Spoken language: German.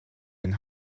den